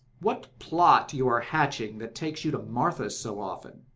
what plot you are hatching that takes you to martha's so often?